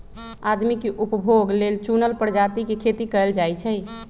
आदमी के उपभोग लेल चुनल परजाती के खेती कएल जाई छई